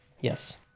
Yes